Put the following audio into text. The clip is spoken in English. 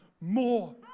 more